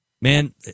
Man